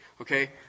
Okay